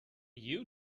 you